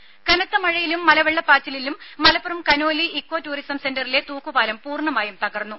ദര കനത്ത മഴയിലും മലവെള്ളപ്പാച്ചിലിലും മലപ്പുറം കനോലി ഇക്കോ ടൂറിസം സെന്ററിലെ തൂക്കുപാലം പൂർണ്ണമായും തകർന്നു